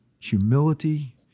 humility